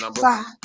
Five